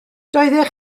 doeddech